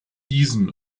diesen